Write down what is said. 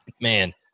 Man